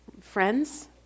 friends